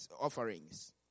offerings